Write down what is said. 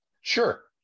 sure